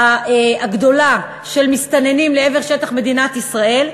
הגדולה של מסתננים לעבר שטח מדינת ישראל,